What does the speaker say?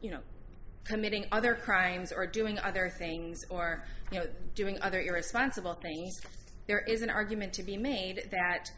you know committing other crimes or doing other things or you know doing other irresponsible there is an argument to be made that